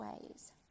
ways